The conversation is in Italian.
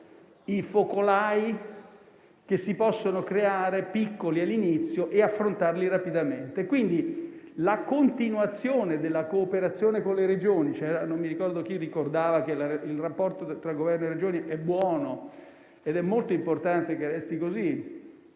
focolai che si possono creare e ad affrontarli rapidamente. In merito alla continuazione della cooperazione con le Regioni, non rammento chi ricordava che il rapporto tra Governo e Regioni è buono ed è molto importante che resti così.